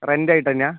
rent ആയിട്ട് തന്നെയാണോ